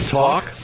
talk